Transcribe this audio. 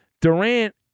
Durant